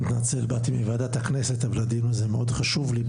אני מתנצל באתי מוועדת הכנסת אבל הדיון הזה מאוד חשוב לי,